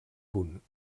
punt